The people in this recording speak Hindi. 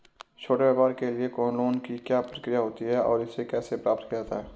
छोटे व्यापार के लिए लोंन की क्या प्रक्रिया होती है और इसे कैसे प्राप्त किया जाता है?